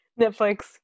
Netflix